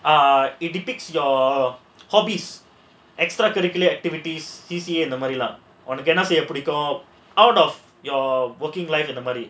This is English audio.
ah it depicts your hobbies extra curricular activities this year இந்த மாதிரிலாம் உனக்கு என்ன செய்ய பிடிக்கும்:indha maadhirilaam uankku enna seiya pidikkum out of your working life அந்த மாதிரி:andha maadhiri